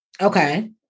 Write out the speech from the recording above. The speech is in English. okay